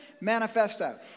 Manifesto